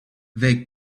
they